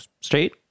Straight